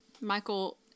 michael